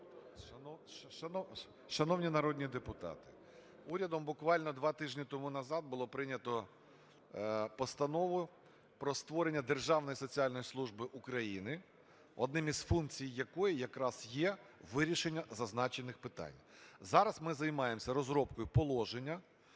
Шановні народні депутати, урядом, буквально два тижні тому назад, було прийнято Постанову про створення Державної соціальної служби України, одною із функцій якої якраз є вирішення зазначених питань, зараз ми займаємося розробкою положення.